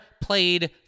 played